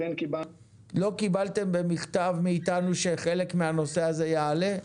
לא קיבלתם במכתב מאתנו שחלק מהנושא הזה יעלה?